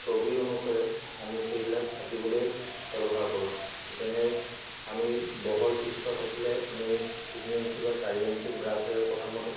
ছবি অনুসৰে আমি সেইবিলাক আঁকিবলৈ ব্যৱহাৰ কৰোঁ যেনে আমি বহল পৃষ্ঠ থাকিলে আমি তিনি ইঞ্চি বা চাৰি ইঞ্চি ব্ৰাছেৰে প্ৰথমতে